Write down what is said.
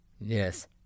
yes